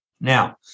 Now